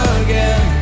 again